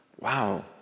wow